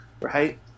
right